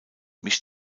mischt